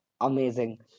amazing